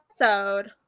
episode